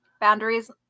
Boundaries